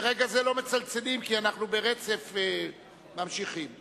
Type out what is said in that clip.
מרגע זה לא מצלצלים, כי אנחנו ממשיכים ברצף.